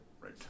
Right